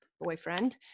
boyfriend